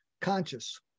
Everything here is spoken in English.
Conscious